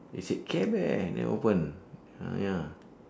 they said care bear then open ah ya